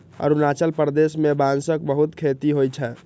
अरुणाचल प्रदेश मे बांसक बहुत खेती होइ छै